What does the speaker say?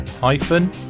Hyphen